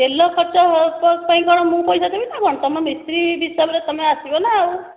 ତେଲ ଖର୍ଚ୍ଚ ପାଇଁ କଣ ମୁଁ ପଇସା ଦେବି ନା କଣ ତମ ମିସ୍ତ୍ରୀ ହିସାବରେ ତମେ ଆସିବ ନା ଆଉ